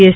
S